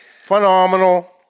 Phenomenal